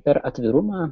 per atvirumą